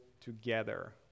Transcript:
together